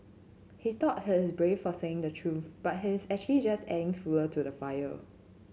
he thought he's brave for saying the truth but he's actually just adding fuel to the fire